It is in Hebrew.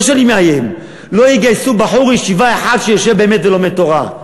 לא שאני מאיים: לא יגייסו בחור ישיבה אחד שיושב באמת ולומד תורה,